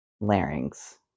Larynx